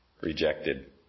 rejected